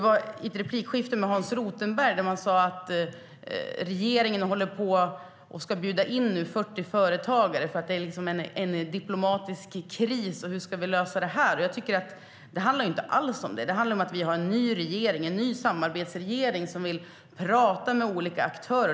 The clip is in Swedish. I ett replikskifte med Hans Rothenberg sa man att regeringen nu ska bjuda in 40 företagare eftersom det är en diplomatisk kris, och hur ska den lösas? Det handlar inte alls om det. Det handlar om att vi har en ny samarbetsregering som vill prata med olika aktörer.